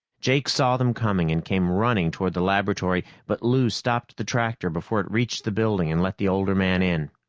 jake saw them coming and came running toward the laboratory, but lou stopped the tractor before it reached the building and let the older man in.